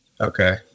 Okay